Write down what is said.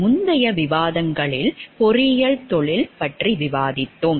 முந்தைய விவாதங்களில் பொறியியல் தொழில் பற்றி விவாதித்தோம்